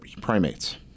primates